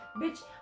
bitch